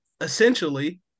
essentially